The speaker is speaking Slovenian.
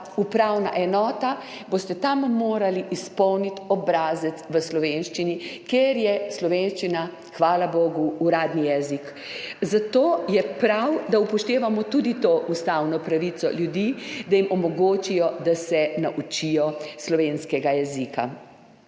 upravna enota, boste tam morali izpolniti obrazec v slovenščini, ker je slovenščina, hvala bogu, uradni jezik. Zato je prav, da upoštevamo tudi to ustavno pravico ljudi, da jim omogočijo, da se naučijo slovenskega jezika.